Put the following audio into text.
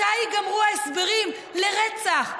מתי יגמרו ההסברים לרצח?